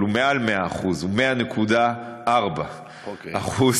אבל הוא מעל 100% הוא 100.4%. אוקיי.